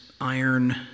iron